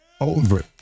over